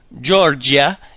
Georgia